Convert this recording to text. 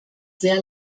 sehr